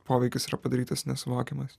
poveikis yra padarytas nesuvokiamas